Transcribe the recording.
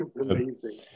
amazing